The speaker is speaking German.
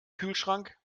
kühlschrank